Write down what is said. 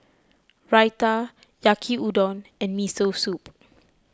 Raita Yaki Udon and Miso Soup